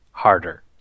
harder